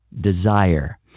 desire